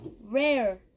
Rare